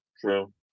true